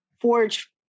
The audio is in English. forge